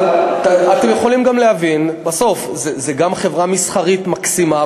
אבל אתם יכולים גם להבין: בסוף זו גם חברה מסחרית מקסימה,